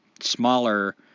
smaller